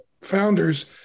founders